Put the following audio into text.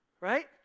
right